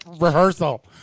rehearsal